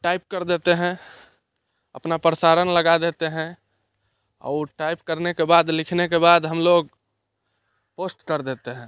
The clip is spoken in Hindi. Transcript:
टाइप कर देते हैं अपना प्रसारण लगा देते हैं और टाइप करने के बाद लिखने के बाद हम लोग पोस्ट कर देते हैं